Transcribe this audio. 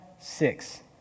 six